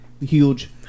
Huge